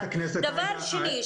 דבר שני,